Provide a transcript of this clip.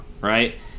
right